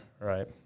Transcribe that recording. right